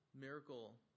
miracle